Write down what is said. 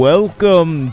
Welcome